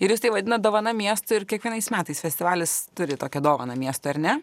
ir jūs tai vadinat dovana miestui ir kiekvienais metais festivalis turi tokią dovaną miestui ar ne